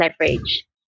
leverage